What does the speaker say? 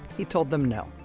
he told them no,